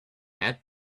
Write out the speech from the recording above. add